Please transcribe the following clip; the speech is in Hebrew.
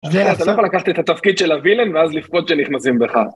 אתה לא יכול לקחת את התפקיד של הווילן, ואז לפחות שנכנסים בך.